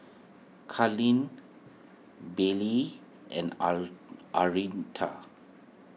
Carleen Billye and Aretha